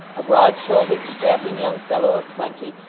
a broad-shouldered strapping young fellow of twenty,